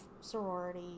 sorority